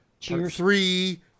Three